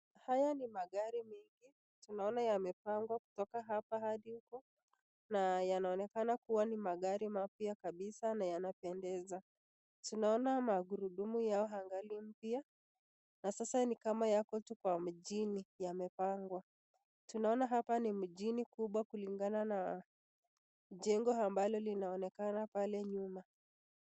Haya ni magari mengi tunaona yamepangwa kutoka hapa hadi huko na yanaonekana kuwa ni magari mapya kabisa na yanapendeza. Tunaona magurudumu yao angali mpya na sasa ni kama yako tu kwa mjini yamepangwa. Tunaona haoa ni mjini kubwa kulingana na jengo ambalo linaonekana pale nyuma.